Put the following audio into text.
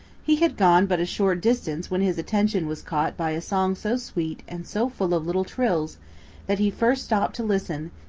he had gone but a short distance when his attention was caught by a song so sweet and so full of little trills that he first stopped to listen,